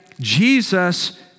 Jesus